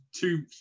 two